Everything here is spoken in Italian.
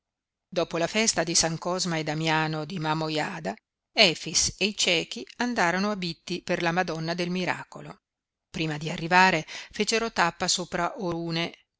dopo la festa di san cosma e damiano di mamojada efix e i ciechi andarono a bitti per la madonna del miracolo prima di arrivare fecero tappa sopra orune